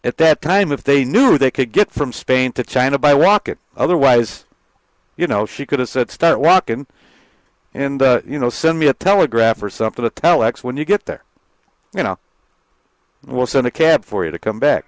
at that time if they knew they could get from spain to china by walking otherwise you know she could have said start rocking and you know send me a telegraph or something to tell ex when you get there you know we'll send a cab for you to come back